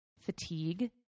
fatigue